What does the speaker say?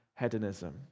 hedonism